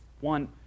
One